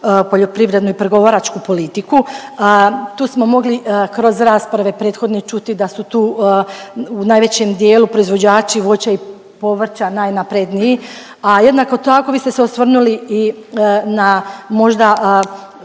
poljoprivrednu i pregovaračku politiku. Tu smo mogli kroz rasprave prethodne čuti da su tu u najvećem dijelu proizvođači voća i povrća najnapredniji, a jednako tako vi ste se osvrnuli i na možda